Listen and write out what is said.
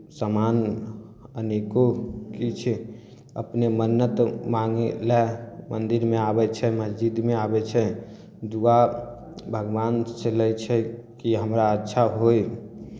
सामान अनेको किछु अपने मन्नत मांगय लेल मन्दिरमे आबै छै मस्जिदमे आबै छै दुआ भगवानसँ लै छै कि हमरा अच्छा होय